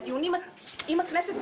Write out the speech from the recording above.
תגיד מה שאתה